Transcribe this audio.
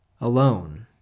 alone